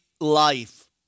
life